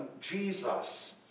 Jesus